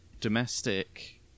domestic